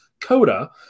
Coda